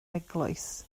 eglwys